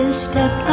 step